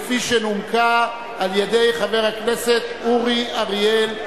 שנומקה על-ידי חבר הכנסת אורי אריאל.